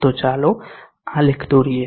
તો ચાલો આલેખ દોરીએ